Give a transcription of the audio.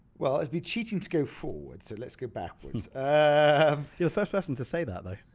well, it'd be cheating to go forward so let's go backwards. you're the first person to say that though.